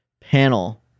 panel